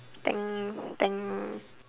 tank tank